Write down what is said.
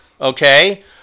Okay